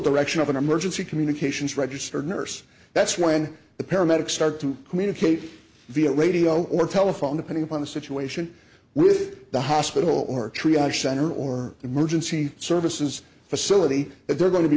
direction of an emergency communications registered nurse that's when the paramedics start to communicate via radio or telephone depending upon the situation with the hospital or triac center or emergency services facility if they're going to be